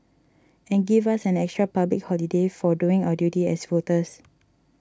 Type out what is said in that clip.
and give us an extra public holiday for doing our duty as voters